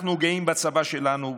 אנחנו גאים בצבא שלנו,